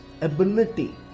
ability